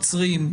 עוצרים,